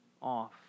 off